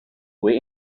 were